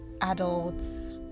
adults